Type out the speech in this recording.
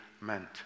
meant